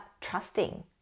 trusting